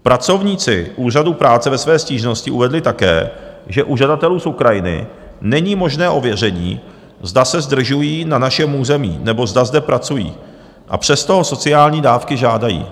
Pracovníci Úřadu práce ve své stížnosti uvedli také, že u žadatelů z Ukrajiny není možné ověření, zda se zdržují na našem území, nebo zda zde pracují, a přesto o sociální dávky žádají.